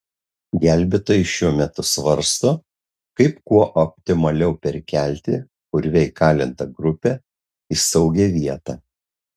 gelbėtojai šiuo metu svarsto kaip kuo optimaliau perkelti urve įkalintą grupę į saugią vietą